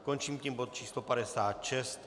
Končím tím bod číslo 56.